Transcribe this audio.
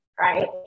Right